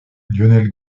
lionel